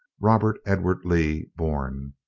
robert edward lee born.